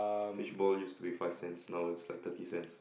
fishball used to be five cents now it's like thirty cents